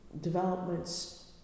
developments